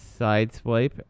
Sideswipe